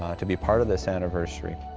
to be part of this anniversary.